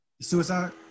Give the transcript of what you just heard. Suicide